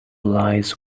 lies